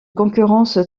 concurrence